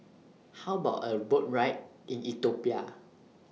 How about A Boat Tour in Ethiopia